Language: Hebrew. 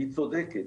והיא צודקת,